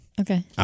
Okay